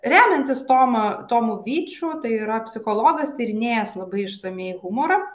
remiantis tomu tomu vyču tai yra psichologas tyrinėjęs labai išsamiai humorą